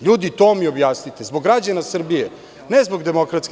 Ljudi, to mi objasnite, zbog građana Srbije, a ne zbog DS.